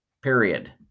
Period